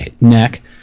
neck